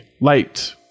light